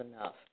enough